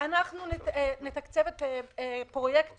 אנחנו נתקצב את פרויקט